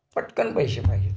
पटकन पैसे पाहिजेत